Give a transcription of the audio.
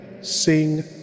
sing